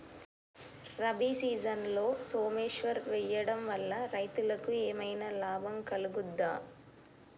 రబీ సీజన్లో సోమేశ్వర్ వేయడం వల్ల రైతులకు ఏమైనా లాభం కలుగుద్ద?